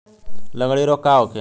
लगंड़ी रोग का होखे?